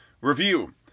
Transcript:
review